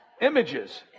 images